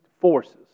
forces